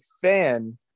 fan